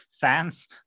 fans